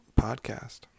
podcast